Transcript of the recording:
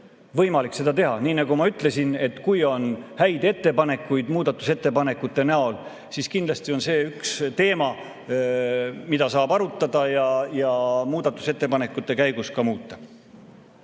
võimalik seda teha. Nii nagu ma ütlesin, kui on häid ettepanekuid, siis kindlasti on see üks teema, mida saab arutada ja muudatusettepanekute käigus ka muuta.